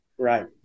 Right